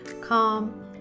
calm